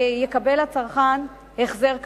יקבל הצרכן החזר כספי.